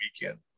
weekend